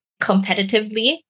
competitively